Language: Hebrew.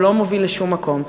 הוא לא מוביל לשום מקום.